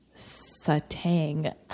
satang